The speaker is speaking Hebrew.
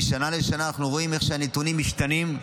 משנה לשנה אנחנו רואים איך שהנתונים משתנים.